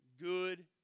good